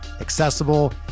accessible